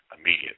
immediate